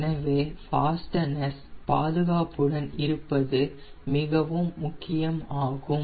எனவே ஃபாஸ்ட்டனர்ஸ் பாதுகாப்புடன் இருப்பது மிகவும் முக்கியமாகும்